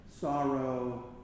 sorrow